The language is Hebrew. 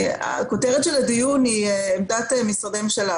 הכותרת של הדיון היא עמדת משרדי הממשלה,